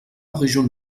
région